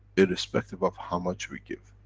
irrespective of how much we give.